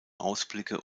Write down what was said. ausblicke